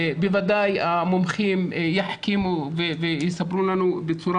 בוודאי המומחים יחכימו ויספרו לנו בצורה